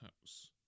house